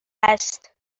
است